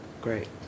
great